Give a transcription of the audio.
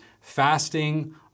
fasting